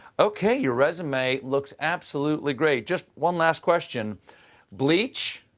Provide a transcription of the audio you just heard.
okay, your resume looks absolutely great. just one last question bleach?